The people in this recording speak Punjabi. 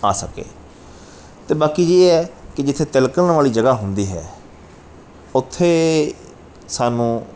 ਆ ਸਕੇ ਅਤੇ ਬਾਕੀ ਇਹ ਹੈ ਕਿ ਜਿੱਥੇ ਤਿਲਕਣ ਵਾਲੀ ਜਗ੍ਹਾ ਹੁੰਦੀ ਹੈ ਉੱਥੇ ਸਾਨੂੰ